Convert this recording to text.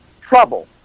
trouble